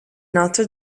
notre